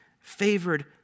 favored